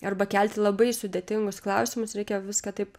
arba kelti labai sudėtingus klausimus reikia viską taip